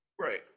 Right